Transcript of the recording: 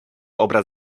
obraz